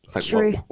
True